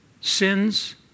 Sins